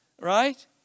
Right